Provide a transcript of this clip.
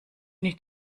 nicht